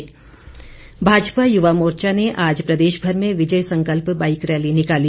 संकल्प रैली भाजपा युवा मोर्चा ने आज प्रदेशभर में विजय संकल्प बाईक रैली निकाली